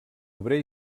obrer